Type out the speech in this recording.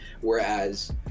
Whereas